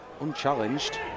Unchallenged